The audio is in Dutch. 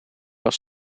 als